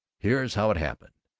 here's how it happened.